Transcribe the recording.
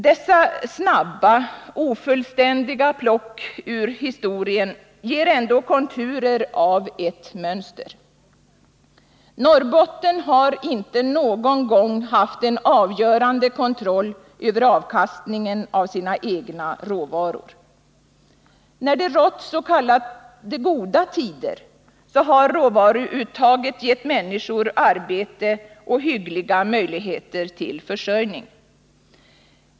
Dessa snabba, ofullständiga plock ur historien ger ändå konturen av ett mönster: Norrbotten har inte någon gång haft en avgörande kontroll över avkastningen av sina egna råvaror. När det rått s.k. goda tider har råvaruuttaget gett människor arbete och hyggliga möjligheter till försörjning.